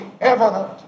evident